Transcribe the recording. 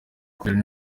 kubera